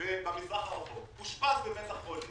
במזרח הרחוק, אושפז בבית החולים,